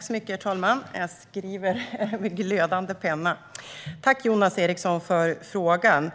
Herr talman! Jag tackar Jonas Eriksson för frågan.